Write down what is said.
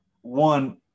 one